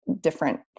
different